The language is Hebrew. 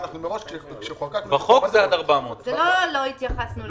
זה לא שלא התייחסנו.